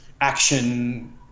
action